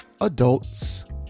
adults